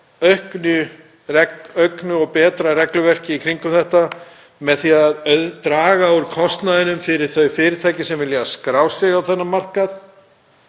auknu og betra regluverki í kringum þetta, með því að draga úr kostnaðinum fyrir þau fyrirtæki sem vilja skrá sig á þennan markað